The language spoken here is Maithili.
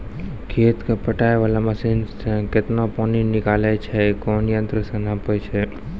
खेत कऽ पटाय वाला मसीन से केतना पानी निकलैय छै कोन यंत्र से नपाय छै